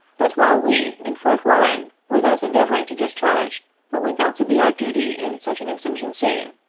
but while we, in fort warren, were thus endeavoring to discharge what we felt to be our duty in such an exigency,